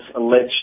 alleged